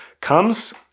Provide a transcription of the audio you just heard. comes